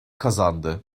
kazandı